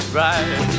right